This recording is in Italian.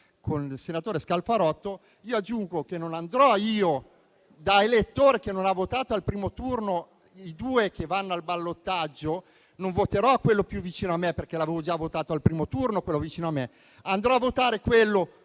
con il senatore Scalfarotto, aggiungo che io, da elettore che non ha votato al primo turno i due che vanno al ballottaggio, non voterò quello più vicino a me, perché l'avevo già votato al primo turno, ma andrò a votare quello